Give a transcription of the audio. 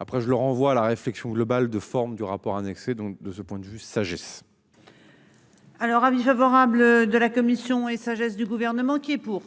après je le renvoie à la réflexion globale de forme du rapport annexé donc de ce point de vue sagesse. Alors, avis favorable de la commission et sagesse du gouvernement qui est pour.